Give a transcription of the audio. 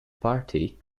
party